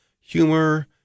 humor